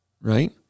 Right